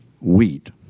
wheat